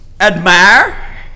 admire